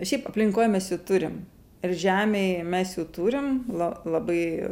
šiaip aplinkoj mes jų turim ir žemėj mes jų turim la labai